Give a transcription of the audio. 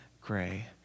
gray